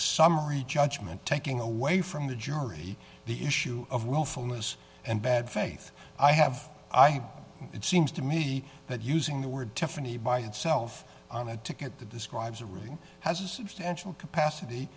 summary judgment taking away from the jury the issue of willfulness and bad faith i have i it seems to me that using the word tiffany by itself on a ticket the describes a real has a substantial capacity